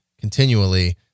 continually